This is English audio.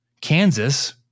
Kansas